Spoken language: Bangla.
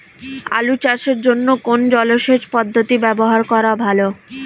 আলু চাষের জন্য কোন জলসেচ পদ্ধতি ব্যবহার করা ভালো?